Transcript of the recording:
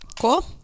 Cool